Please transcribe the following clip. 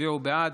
תצביעו בעד,